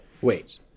wait